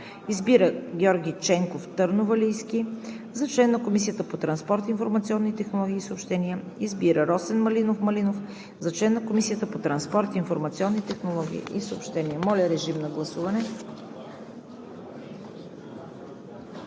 Избира Георги Ченков Търновалийски за член на Комисията по транспорт, информационни технологии и съобщения. Избира Росен Малинов Малинов за член на Комисията по транспорт, информационни технологии и съобщения.“ Моля, режим на гласуване.